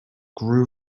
grew